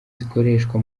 zikoreshwa